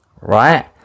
right